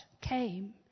came